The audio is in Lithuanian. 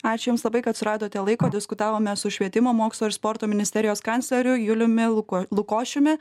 ačiū jums labai kad suradote laiko diskutavome su švietimo mokslo ir sporto ministerijos kancleriu juliumi luko lukošiumi